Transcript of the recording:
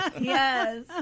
Yes